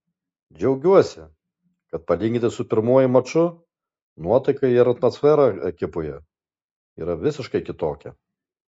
džiaugiuosi kad palyginti su pirmuoju maču nuotaika ir atmosfera ekipoje yra visiškai kitokia